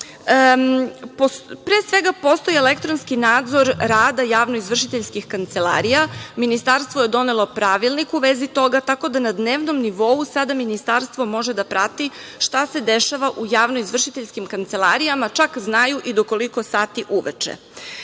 pre svega postoji elektronski nadzor rada javno izvršiteljskih kancelarija, Ministarstvo je donelo pravilnik u vezi toga tako da na dnevnom nivou sada Ministarstvo može da prati šta se dešava u javno izvršiteljskim kancelarijama, čak znaju i do koliko sati uveče. Inače,